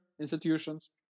institutions